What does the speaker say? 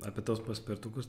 apie tuos paspirtukus